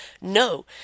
No